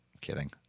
kidding